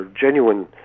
Genuine